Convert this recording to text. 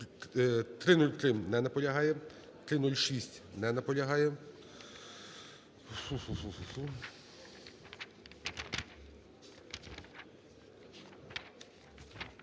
303. Не наполягає. 306. Не наполягає.